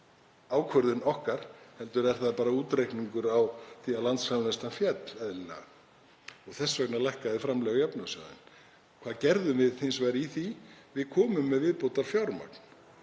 ákvörðun okkar heldur er það bara útreikningur á því að landsframleiðslan féll, eðlilega, og þess vegna lækkuðu framlög í jöfnunarsjóð. Hvað gerðum við hins vegar í því? Við komum með viðbótarfjármagn